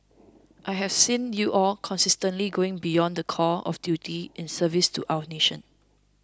I have seen you all consistently going beyond the call of duty in service to our nation